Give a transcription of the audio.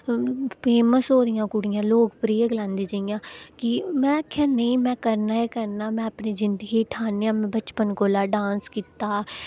famous होई दियां कुड़ियां लोकप्रिय गलांदे जि'यां कि में आखेाआ नेईं में करना गै करना में अपनी जिंदगी ठान्नेआ में बचपन कोला डांस कीता